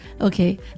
Okay